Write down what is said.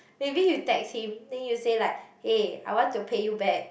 maybe you text him then you say like aye I want to pay you back